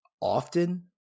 often